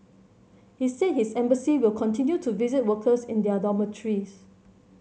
he said his embassy will continue to visit workers in their dormitories